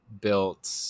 built